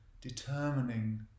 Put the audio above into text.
determining